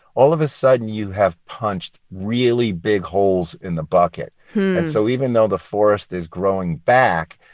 all of a sudden you have punched really big holes in the bucket. and so even though the forest is growing back,